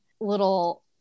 little